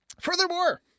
furthermore